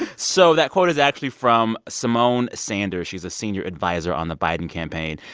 so that quote is actually from symone sanders. she's a senior adviser on the biden campaign.